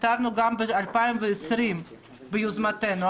ויתרנו גם ב-2020 מיוזמתנו.